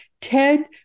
TED